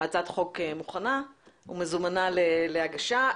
הצעת החוק מוכנה ומזומנה להגשה.